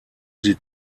sie